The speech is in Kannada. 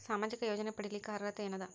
ಸಾಮಾಜಿಕ ಯೋಜನೆ ಪಡಿಲಿಕ್ಕ ಅರ್ಹತಿ ಎನದ?